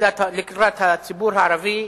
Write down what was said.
לקראת הציבור הערבי: